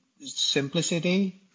simplicity